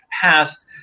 past